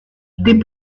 des